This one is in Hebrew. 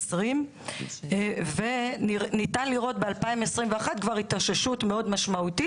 ב-2021 ניתן לראות התאוששות מאוד משמעותית